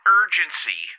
urgency